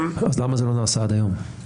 למה זה לא נעשה עד היום?